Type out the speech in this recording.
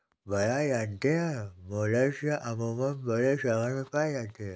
भैया जानते हैं मोलस्क अमूमन बड़े सागर में पाए जाते हैं